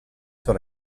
sur